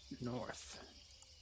North